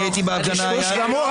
הייתי בהפגנה, הייתה תמונה אחת.